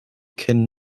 kennen